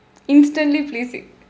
instantly pleasing